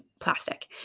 plastic